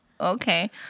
Okay